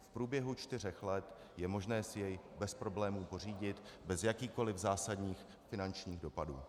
V průběhu čtyř let je možné si jej bez problému pořídit bez jakýchkoliv zásadních finančních dopadů.